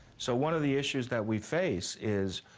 so one of the issues that we face is,